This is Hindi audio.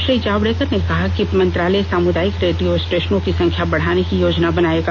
श्री जावडेकर ने कहा कि मंत्रालय सामुदायिक रेडियो स्टेशनों की संख्या बढ़ाने की योजना बनायेगा